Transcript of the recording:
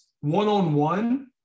one-on-one